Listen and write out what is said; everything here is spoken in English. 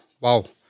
wow